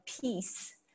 peace